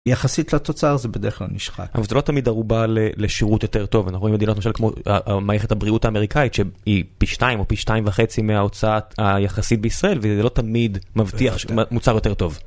יחסית לתוצר זה בדרך כלל נשחק. אבל זה לא תמיד ערובה לשירות יותר טוב, אנחנו רואים מדינות למשל כמו המערכת הבריאות האמריקאית, שהיא פי 2 או פי 2.5 מההוצאה היחסית בישראל, וזה לא תמיד מבטיח שמוצר יותר טוב.